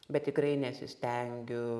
bet tikrai nesistengiu